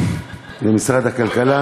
למשרד הכלכלה,